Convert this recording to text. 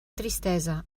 tristesa